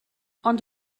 ond